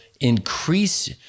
increase